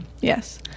Yes